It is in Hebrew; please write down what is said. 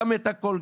גם את הכול,